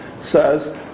says